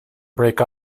break